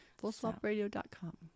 Fullswapradio.com